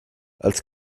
als